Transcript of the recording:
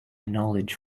knowledge